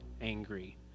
angry